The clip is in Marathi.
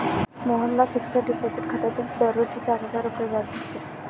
मोहनला फिक्सड डिपॉझिट खात्यातून दरवर्षी चार हजार रुपये व्याज मिळते